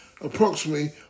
Approximately